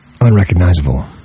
unrecognizable